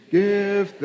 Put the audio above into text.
give